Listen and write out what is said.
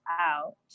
out